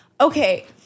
Okay